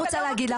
ברור.